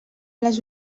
les